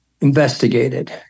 investigated